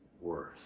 worse